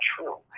true